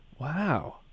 wow